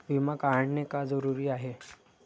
विमा काढणे का जरुरी आहे?